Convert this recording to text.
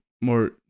more